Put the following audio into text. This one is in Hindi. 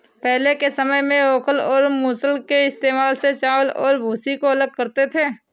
पहले के समय में ओखल और मूसल के इस्तेमाल से चावल और भूसी को अलग करते थे